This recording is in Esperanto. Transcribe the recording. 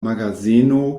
magazeno